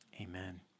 amen